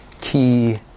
key